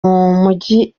mujyi